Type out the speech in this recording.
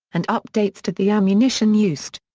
and updates to the ammunition used.